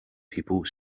people